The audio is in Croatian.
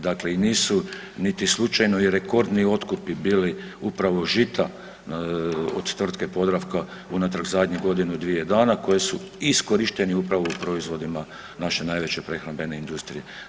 Dakle, i nisu niti slučajno i rekordni otkupi bili upravo žita od tvrtke „Podravka“ unatrag zadnjih godinu dvije dana koje su iskorišteni upravo u proizvodima naše najveće prehrambene industrije.